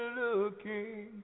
looking